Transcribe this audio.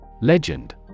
Legend